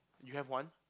you have one